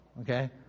Okay